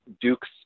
dukes